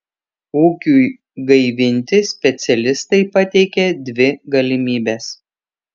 ūkiui gaivinti specialistai pateikia dvi galimybes